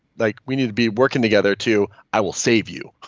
like we need to be working together to i will save you,